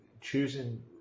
choosing